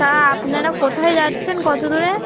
তা আপনারা কোথায় যাচ্ছেন কত দূরে